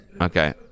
okay